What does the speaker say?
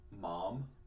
mom